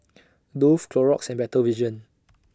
Dove Clorox and Better Vision